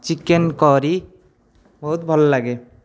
chicken କରି ବହୁତ ଭଲ ଲାଗେ